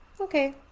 okay